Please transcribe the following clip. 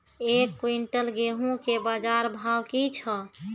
एक क्विंटल गेहूँ के बाजार भाव की छ?